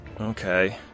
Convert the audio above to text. okay